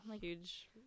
Huge